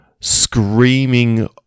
screaming